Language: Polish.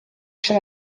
się